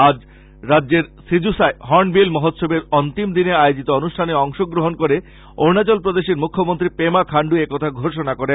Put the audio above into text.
আজ রাজ্যের সিজুসায় হর্ণবিল মহোৎসবের অন্তিম দিনে আয়োজিত অনুষ্ঠানে অংশগ্রহন করে অরুনাচল প্রদেশের মুখ্যমন্ত্রী পেমা খান্ডু একথা ঘোষনা করেন